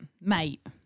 mate